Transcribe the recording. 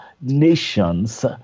nations